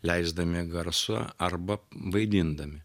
leisdami garsą arba vaidindami